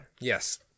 Yes